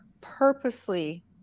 purposely